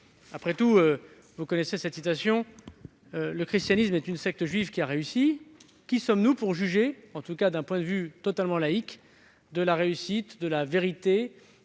Après tout, vous connaissez sans doute cette citation, on dit que « le christianisme est une secte juive qui a réussi ». Qui sommes-nous pour juger, d'un point de vue totalement laïque, de la réussite, de la vérité